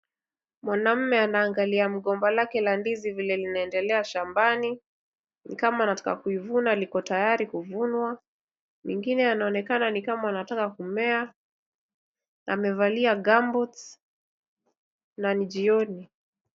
Mwanaume ana angalia mgomba wake wandizi vile una endelea shambani, nikama anataka kuivuna lipo tayari kuvunwa zingine zinaonekana nikama zinataka kumea, amevalia gumboots nani jioni.